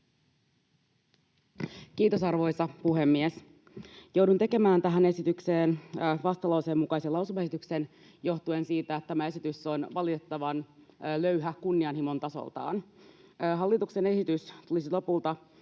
Kiitos, arvoisa puhemies! Joudun tekemään tähän esitykseen vastalauseen mukaisen lausumaesityksen johtuen siitä, että tämä esitys on valitettavan löyhä kunnianhimon tasoltaan. Hallituksen esitys tulisi lopulta